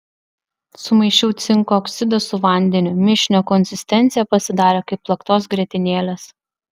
sumaišiau cinko oksidą su vandeniu mišinio konsistencija pasidarė kaip plaktos grietinėlės